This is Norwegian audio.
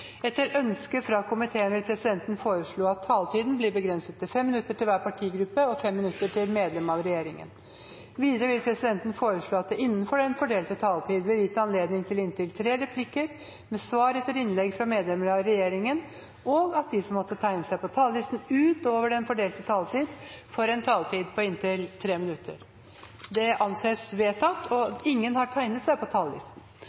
minutter til medlem av regjeringen. Videre vil presidenten foreslå at det blir gitt anledning til inntil tre replikker med svar etter innlegg fra medlemmer av regjeringen innenfor den fordelte taletid, og at de som måtte tegne seg på talerlisten utover den fordelte taletid, får en taletid på inntil 3 minutter. – Det anses vedtatt. Ingen har